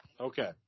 okay